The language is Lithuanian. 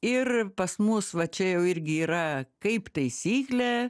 ir pas mus va čia jau irgi yra kaip taisyklė